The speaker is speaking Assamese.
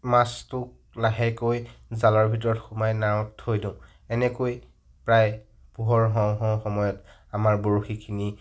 মাছটোক লাহেকৈ জালৰ ভিতৰত সুমাই নাৱত থৈ দিওঁ এনেকৈ প্ৰায় পোহৰ হওঁ হওঁ সময়ত আমাৰ বৰশীখিনি